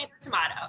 Tomato